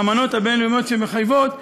האמנות הבין-לאומיות שמחייבות,